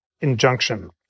injunction